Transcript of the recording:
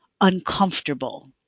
uncomfortable